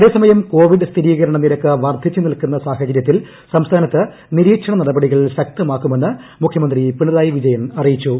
അതേസമയം കോവിഡ് സ്ഥിരീകരണ നിരക്ക് വർദ്ധിച്ചു നിൽക്കുന്ന സാഹചര്യത്തിൽ സംസ്ഥാനത്ത് നിരീക്ഷണ നടപടികൾ ശക്തമാക്കുമെന്ന് മുഖ്യമന്ത്രി പിണറായി വിജയൻ അറിയിച്ചു